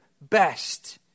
best